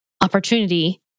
opportunity